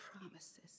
promises